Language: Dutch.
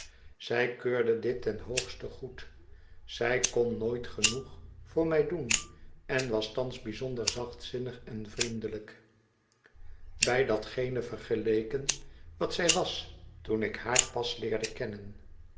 zij keurde dit ten hoogste goed zij kon nooit genoeg voor mij doen en was thans bijzonder zachtzinnig en vriendelijk bij datgene vergeleken wat zij was toen ik haar pas leerde kennen